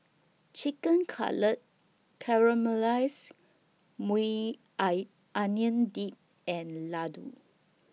Chicken Cutlet Caramelized Maui Onion Dip and Ladoo